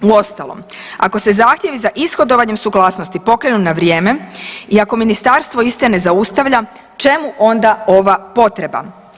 Uostalom, ako se zahtjevi za ishodovanjem suglasnosti pokrenu na vrijeme i ako ministarstvo iste ne zaustavlja čemu onda ova potreba.